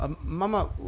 Mama